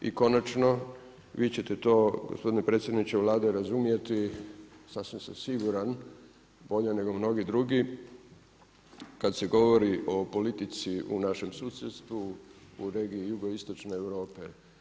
I konačno, vi ćete to gospodine predsjedniče Vlade, razumjeti, sasvim sam siguran, bolje nego mnogi drugi, kad se govori o politici u našem susjedstvu, u regiji jugoistočne Europe.